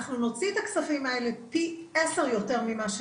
אנחנו נוציא את הכספים האלה פי עשר יותר.